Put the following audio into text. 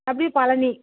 அப்படியே பழனி